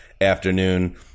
afternoon